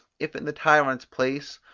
if in the tyrant's place,